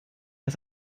ist